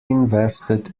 invested